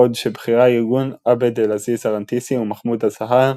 בעוד שבכירי הארגון עבד אל-עזיז א-רנתיסי ומחמוד א-זהאר